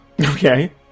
okay